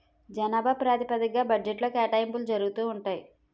జనాభా ప్రాతిపదిగ్గా బడ్జెట్లో కేటాయింపులు జరుగుతూ ఉంటాయి